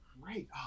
great